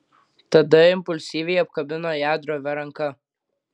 tada impulsyviai apkabino ją drovia ranka